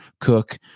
cook